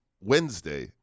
Wednesday